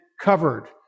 covered